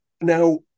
Now